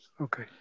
Okay